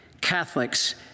Catholics